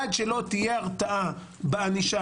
עד שלא תהיה הרתעה בענישה,